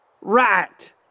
Right